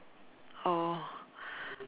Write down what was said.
or